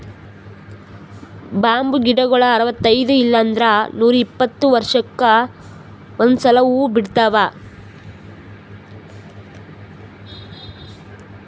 bamboo ಗಿಡಗೊಳ್ ಅರವತೈದ್ ಇಲ್ಲಂದ್ರ ನೂರಿಪ್ಪತ್ತ ವರ್ಷಕ್ಕ್ ಒಂದ್ಸಲಾ ಹೂವಾ ಬಿಡ್ತಾವ್